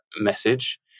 message